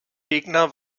gegner